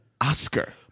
Oscar